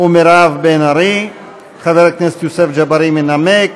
אין נמנעים.